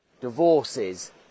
divorces